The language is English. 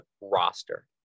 roster